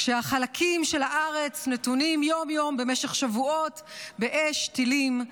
כשחלקים של הארץ נתונים יום-יום במשך שבועות באש טילים,